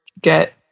get